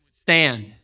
stand